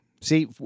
See